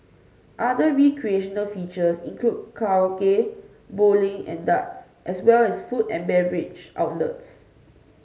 other recreational features include karaoke bowling and darts as well as food and beverage outlets